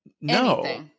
No